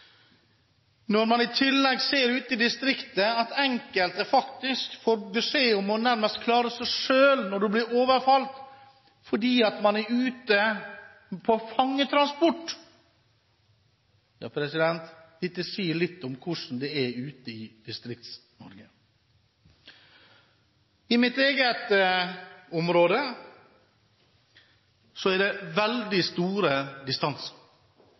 Når man i tillegg ser at enkelte ute i distriktet faktisk får beskjed om nærmest å klare seg selv når de blir overfalt, fordi man er ute på fangetransport, sier dette litt om hvordan det er ute i Distrikts-Norge. I mitt eget område er det veldig store